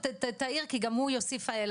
בבקשה.